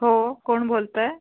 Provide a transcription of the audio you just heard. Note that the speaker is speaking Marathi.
हो कोण बोलत आहे